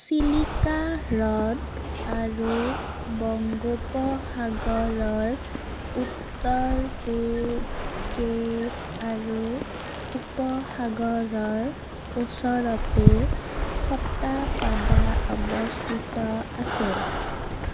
চিলিকা হ্ৰদ আৰু বংগোপসাগৰৰ উত্তৰ পূব কেপ আৰু উপসাগৰৰ ওচৰতে সত্তাপাডা অৱস্থিত আছে